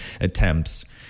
attempts